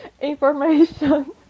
information